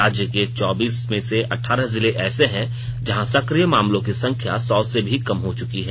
राज्य के चौबीस में से अठारह जिले ऐसे हैं जहां सक्रिय मामलों की संख्या सौ से भी कम हो चुकी है